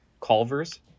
Culver's